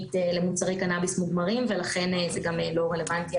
בינלאומית למוצרי קנאביס מוגמרים ולכן זה גם לא רלוונטי.